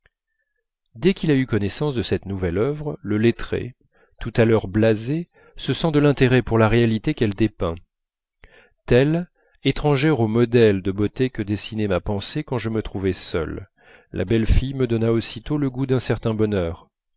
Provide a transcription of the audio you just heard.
dès qu'il a eu connaissance de cette nouvelle œuvre le lettré tout à l'heure blasé se sent de l'intérêt pour la réalité qu'elle dépeint telle étrangère aux modèles de beauté que dessinait ma pensée quand je me trouvais seul la belle fille me donna aussitôt le goût d'un certain bonheur